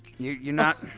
you're you're not